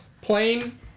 plain